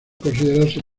considerarse